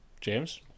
James